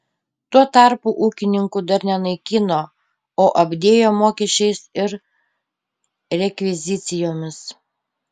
tuo tarpu ūkininkų dar nenaikino o apdėjo mokesčiais ir rekvizicijomis